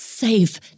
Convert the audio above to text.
safe